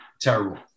Terrible